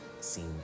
seen